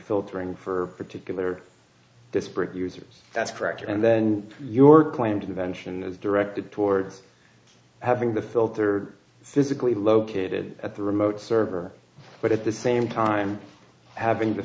filtering for particular disparate users that's correct and then your claim to eventually is directed towards having the filtered physically located at the remote server but at the same time having the